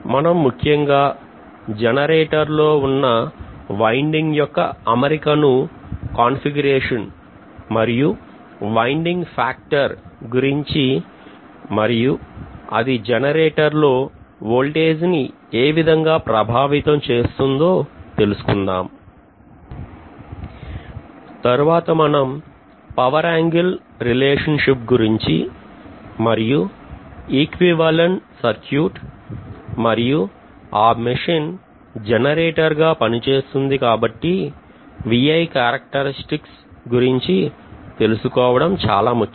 మన ముఖ్యంగా జనరేటర్ లో ఉన్న వైండింగ్ యొక్క అమరికను మరియు వైండింగ్ ఫాక్టర్ గురించి మరియు అది జనరేటర్ లో వోల్టేజి ని ఏ విధంగా ప్రభావితం ఏం చేస్తుందో తెలుసుకుందాం తరువాత మనం పవర్ ఏంగిల్ రిలేషన్షిప్ గురుంచి మరియు ఈక్వివలెంట్ సర్క్యూట్ మరియ ఆ మెషిన్ జెనెరేటర్ గా పనిచేస్తుంది కాబట్టి V I characteristics గురించి తెలుసుకోవడం చాలా ముఖ్యం